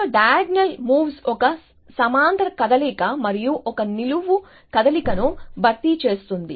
ఒక diagonal moves ఒక సమాంతర కదలిక మరియు ఒక నిలువు కదలికను భర్తీ చేస్తుంది